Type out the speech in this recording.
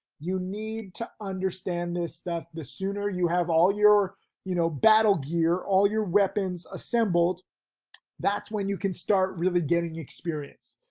you need to understand this stuff. the sooner you have all your you know battle gear, all your weapons assembled that's when you can start really getting experience.